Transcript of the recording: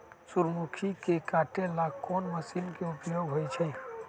सूर्यमुखी के काटे ला कोंन मशीन के उपयोग होई छइ?